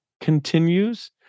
continues